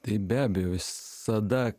tai be abejo visada